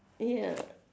ya